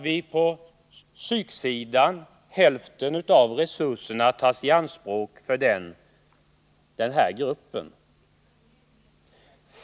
På psyksidan tas hälften av resurserna i anspråk för den här gruppen.